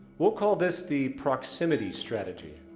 we'll call this the proximity strategy,